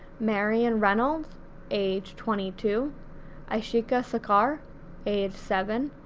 marion reynolds age twenty two aishika sarkar age seven,